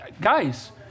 Guys